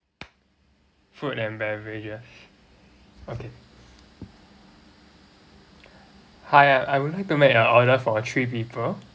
food and beverages okay hi I I would like to make an order for three people